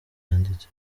yanditse